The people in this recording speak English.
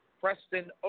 Preston